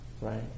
Right